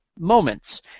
moments